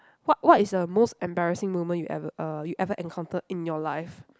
what what is a most embarrassing moment you ever uh you ever encountered in your life